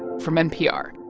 from npr.